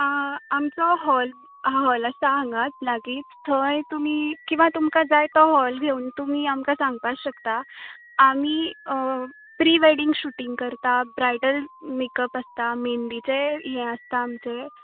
आमचो hall hall आसा हांगाच लागीच थंय तुमी किंवा तुमकां जाय तो हॉल घेवन तुमी आमकां सांगपाक शकता आमी प्रि वेडिंग शुटिंग करतात ब्रायडल मेकअप आसता मेंदिचें ये आसता आमचें